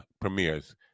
premieres